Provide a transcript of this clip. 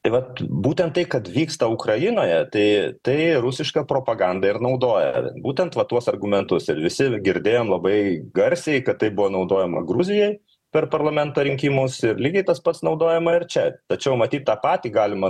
tai vat būtent tai kad vyksta ukrainoje tai tai rusiška propaganda ir naudoja būtent va tuos argumentus ir visi girdėjom labai garsiai kad tai buvo naudojama gruzijoj per parlamento rinkimus ir lygiai tas pats naudojama ir čia tačiau matyt tą patį galima